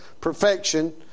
perfection